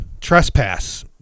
Trespass